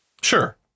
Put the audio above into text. Sure